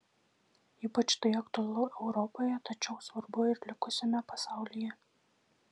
ypač tai aktualu europoje tačiau svarbu ir likusiame pasaulyje